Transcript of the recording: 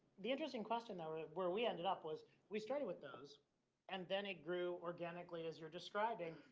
the interesting question, though, where we ended up was we started with those and then it grew organically as you're describing.